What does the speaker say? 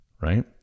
right